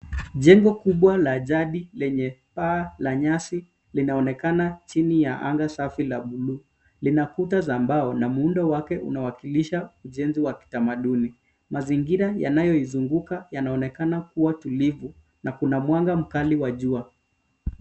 Jengo kubwa la jadi lenye paa la nyasi linaonekana chini ya anga safi la bluu. Lina kuta za mbao na muundo wake unawakilisha ujenzi wa kitamaduni. Mazingira yanayoizunguka yanaonekana kuwa tulivu na kuna mwanga mkali wa jua.